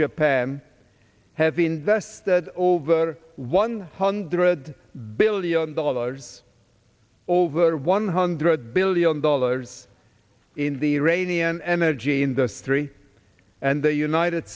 japan have been just over one hundred billion dollars over one hundred billion dollars in the rainy energy industry and the united